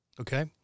Okay